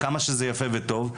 כמה שזה יפה וטוב.